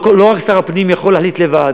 לא רק שר הפנים יכול להחליט לבד.